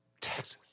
Texas